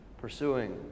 pursuing